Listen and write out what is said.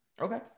Okay